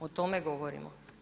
O tome govorimo.